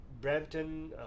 Brampton